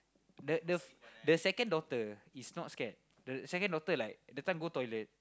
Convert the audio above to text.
the the the second daughter is not scared the second daughter like that time go toilet